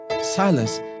Silas